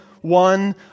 one